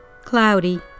Cloudy